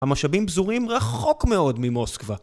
המשאבים בזורים רחוק מאוד ממוסקבה